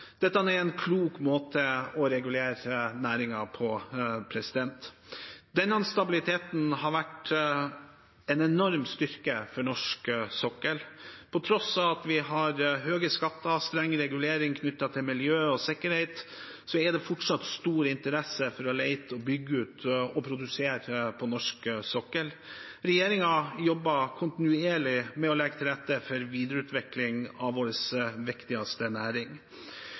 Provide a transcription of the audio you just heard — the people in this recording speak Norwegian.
Dette er en klok måte å regulere næringen på. Denne stabiliteten har vært en enorm styrke for norsk sokkel. På tross av at vi har høye skatter og strenge reguleringer knyttet til miljø og sikkerhet, er det fortsatt stor interesse for å lete, bygge ut og produsere på norsk sokkel. Regjeringen jobber kontinuerlig med å legge til rette for videreutvikling av vår viktigste næring.